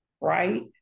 right